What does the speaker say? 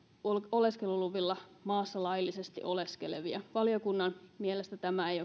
oleskeluluvilla maassa laillisesti oleskelevia valiokunnan mielestä tämä ei